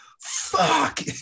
fuck